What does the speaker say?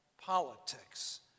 politics